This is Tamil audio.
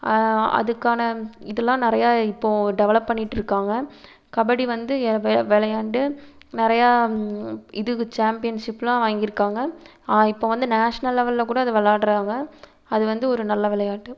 அதுக்கான இதெல்லாம் நிறையா இப்போது டெவலப் பண்ணிகிட்ருக்காங்க கபடி வந்து வ வெ விளையாண்டு நிறையா இதுக்கு சேம்பியன்ஷிப்யெலாம் வாங்கியிருக்காங்க இப்போ வந்து நேஷனல் லெவலில் கூட அது விளையாடுறாங்க அது வந்து ஒரு நல்ல விளையாட்டு